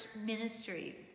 ministry